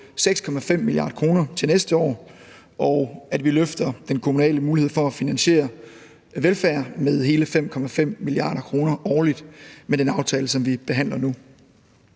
6,5 mia. kr. til næste år, og at vi løfter den kommunale mulighed for at finansiere velfærd med hele 5,5 mia. kr. årligt med den aftale, som vi behandler nu.